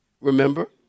Remember